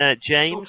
James